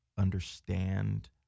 understand